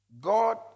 God